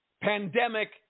pandemic